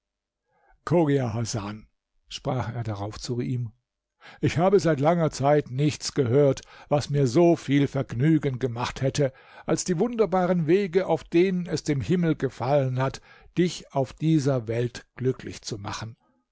sprach er darauf zu ihm ich habe seit langer zeit nichts gehört was mir so viel vergnügen gemacht hätte als die wunderbaren wege auf denen es dem himmel gefallen hat dich auf dieser welt glücklich zu machen